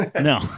No